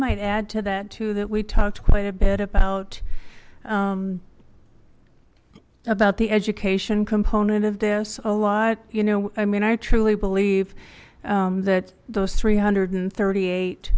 might add to that too that we talked quite a bit about about the education component of this a lot you know i mean i truly believe that those three hundred and thirty eight